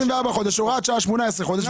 הוראת השעה הייתה 18 חודשים,